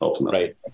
Right